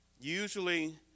usually